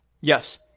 yes